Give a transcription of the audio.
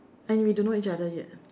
and we don't know each other yet